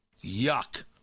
yuck